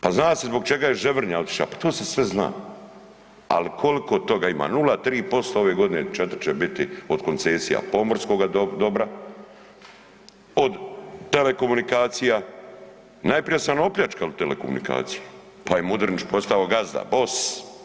Pa zna se zbog čega je Ževrnja otišao, pa to se sve zna ali koliko toga ima, 0,3% ove godine, 4 će biti od koncesija, pomorskoga dobra, od telekomunikacija, najprije su nam opljačkali telekomunikacije pa je Mudrinić postao gazda, boss.